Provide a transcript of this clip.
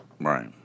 Right